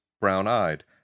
brown-eyed